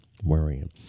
worrying